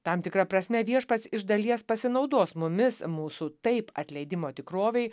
tam tikra prasme viešpats iš dalies pasinaudos mumis mūsų taip atleidimo tikrovei